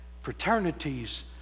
Fraternities